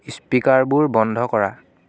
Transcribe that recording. স্পীকাৰবোৰ বন্ধ কৰা